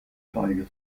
geige